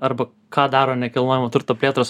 arba ką daro nekilnojamo turto plėtros